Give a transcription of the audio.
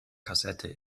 kassette